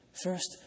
First